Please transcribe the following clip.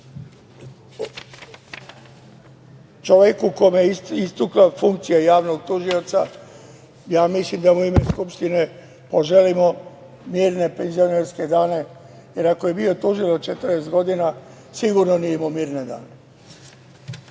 čoveku kome je istekla funkcija javnog tužioca, ja mislim da mu i ime Skupštine poželimo mirne penzionerske dane, jer ako je bio tužilac 40 godina sigurno nije imao mirne dane. Što